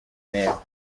neza